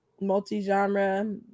multi-genre